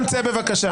רם, צא, בבקשה.